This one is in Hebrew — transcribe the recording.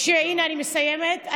הינה, אני מסיימת.